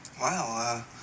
Wow